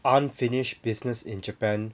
unfinished business in japan